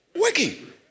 Working